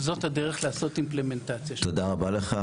זאת הדרך לעשות אימפלמנטציה שלהם.